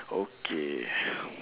okay